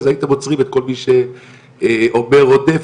אז הייתם עוצרים את כל מי שאומר 'רודף',